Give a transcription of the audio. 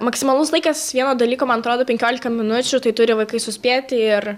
maksimalus laikas vieno dalyko man atrodo penkiolika minučių tai turi vaikai suspėti ir